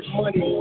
money